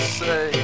say